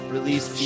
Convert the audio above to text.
Release